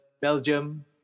Belgium